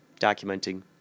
documenting